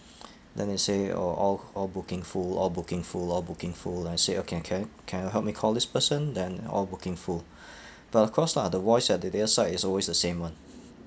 then he say oh all all booking full all booking full all booking full and I say oh can can can you help me call this person then all booking full but of course lah the voice at the other side is always the same one